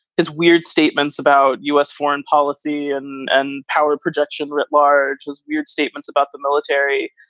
is weird statements about u s. foreign policy and and power projection writ large. as weird statements about the military,